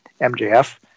MJF